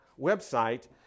website